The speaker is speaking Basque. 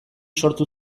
sortu